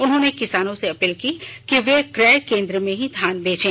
उन्होंने किसानों से अपील की कि वे क्रय केंद्र में ही धान बेचें